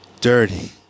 Dirty